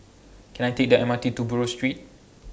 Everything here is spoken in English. Can I Take The M R T to Buroh Street